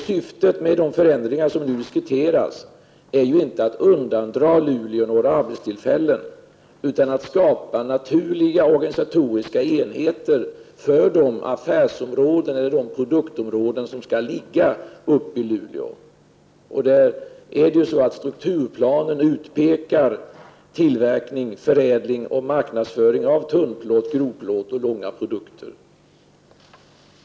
Syftet med de förändringar som nu diskuteras är inte att undandra Luleå några arbetstillfällen utan att skapa naturliga organisatoriska enheter för de produktområden som skall ligga där uppe. I strukturplanen pekas på tillverkning, förädling och marknadsföring av tunnplåt, grovplåt och långa produkter.